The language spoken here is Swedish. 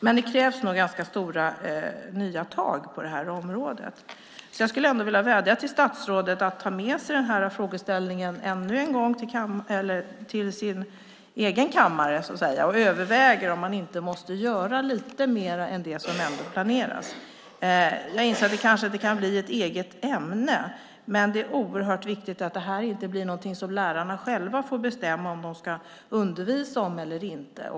Men det krävs nog ändå ganska stora nya tag på det här området, så jag skulle vilja vädja till statsrådet att ta med sig den här frågeställningen ännu en gång till sin egen kammare och överväga om man inte måste göra lite mer än det som ändå planeras. Jag inser att det kanske inte kan bli ett eget ämne, men det är oerhört viktigt att det här inte blir någonting som lärarna själva får bestämma om de ska undervisa om eller inte.